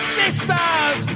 sisters